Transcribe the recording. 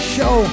Show